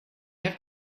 have